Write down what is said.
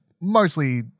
mostly